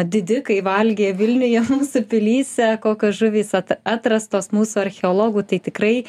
didikai valgė vilniuje mūsų pilyse kokios žuvys at atrastos mūsų archeologų tai tikrai